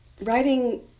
Writing